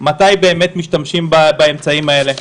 מתי באמת משתמשים באמצעים האלה,